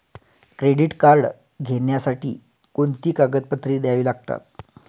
Credit card घेण्यासाठी कोणती कागदपत्रे घ्यावी लागतात?